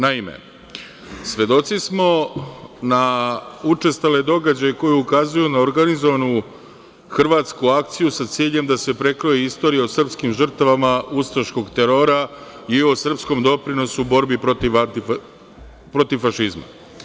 Naime, svedoci smo na učestale događaje koje ukazuju na organizovanu hrvatsku akciju sa ciljem da se prekroji istorija o srpskim žrtvama ustaškog terora i o srpskom doprinosu u borbi protiv fašizma.